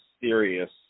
serious